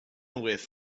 with